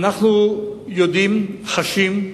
אנו יודעים, חשים,